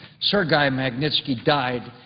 sergei magnitsky died.